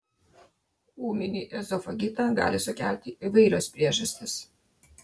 ūminį ezofagitą gali sukelti įvairios priežastys